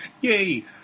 Yay